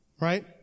right